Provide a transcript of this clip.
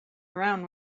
around